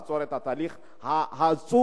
לעצור את התהליך העצוב,